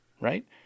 right